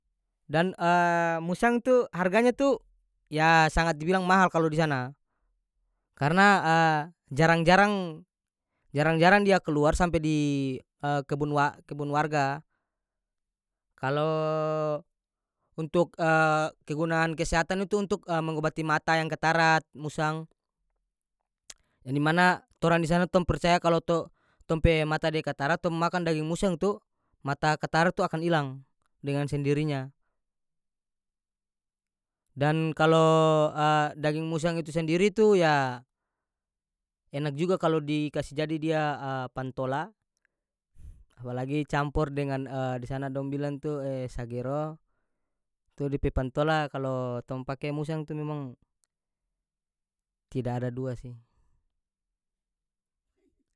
Dan harganya tu yah sangat dbilang mahal kalu di sana karena jarang-jarang- jarang-jarang dia keluar sampe di kebun wa- kebun warga,, kalo untuk kegunaan kesehatan itu untuk mengobati mata yang ketarat musang yang di mana torang di sana tong percaya kalo to- tong pe mata dia katarat tong makang daging musang tu mata katarat itu akan ilang dengan sendirinya dan kalo daging musang itu sendiri tu yah enak juga kalo di kasi jadi dia pantola apalagi campor dengan di sana dong bilang tu sagero tu dia pe pantola kalo tong pake musang tu memang tida ada dua sih.